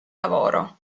lavoro